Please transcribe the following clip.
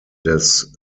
des